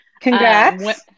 Congrats